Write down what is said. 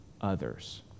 others